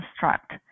construct